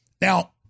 Now